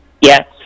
Yes